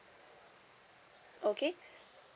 okay